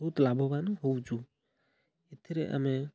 ବହୁତ ଲାଭବାନ ହେଉଛୁ ଏଥିରେ ଆମେ